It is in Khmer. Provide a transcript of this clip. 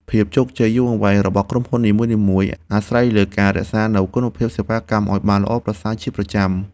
ភាពជោគជ័យយូរអង្វែងរបស់ក្រុមហ៊ុននីមួយៗអាស្រ័យលើការរក្សានូវគុណភាពសេវាកម្មឱ្យបានល្អប្រសើរជាប្រចាំ។